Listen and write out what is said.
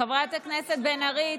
חברת הכנסת בן ארי,